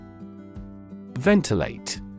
Ventilate